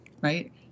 right